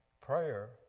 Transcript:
prayer